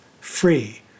free